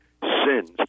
sins